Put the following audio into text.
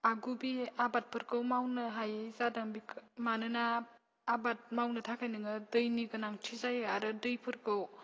आगु बे आबादफोरखौ मावनो हायै जादों मानोना आबाद मावनो थाखाय नोङो दैनि गोनांथि जायो आरो दैफोरखौ